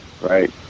right